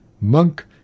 Monk